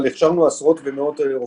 אבל הכשרנו עשרות ומאות רופאים.